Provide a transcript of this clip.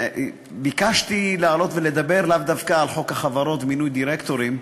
ביקשתי לעלות ולדבר לאו דווקא על חוק החברות ומינוי דירקטורים,